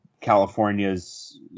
California's